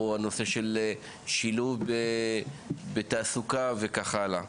או הנושא של שילוב בתעסוקה וכך הלאה.